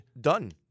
Done